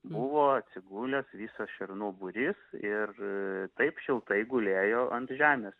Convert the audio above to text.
buvo atsigulęs visas šernų būrys ir taip šiltai gulėjo ant žemės